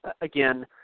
again